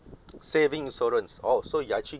saving insurance orh so you are actually